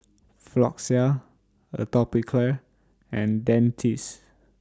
Floxia Atopiclair and Dentiste